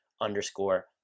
underscore